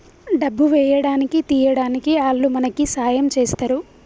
డబ్బు వేయడానికి తీయడానికి ఆల్లు మనకి సాయం చేస్తరు